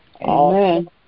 Amen